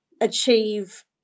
achieve